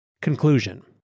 Conclusion